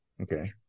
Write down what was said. Okay